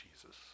Jesus